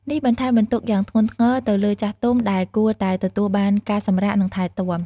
នេះបន្ថែមបន្ទុកយ៉ាងធ្ងន់ធ្ងរទៅលើចាស់ទុំ ដែលគួរតែទទួលបានការសម្រាក និងថែទាំ។